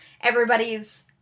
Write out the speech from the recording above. everybody's